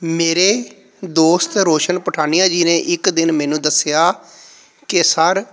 ਮੇਰੇ ਦੋਸਤ ਰੋਸ਼ਨ ਪਠਾਨੀਆ ਜੀ ਨੇ ਇੱਕ ਦਿਨ ਮੈਨੂੰ ਦੱਸਿਆ ਕਿ ਸਰ